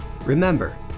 Remember